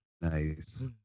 Nice